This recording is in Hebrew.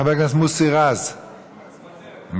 חבר הכנסת מוסי רז, מוותר.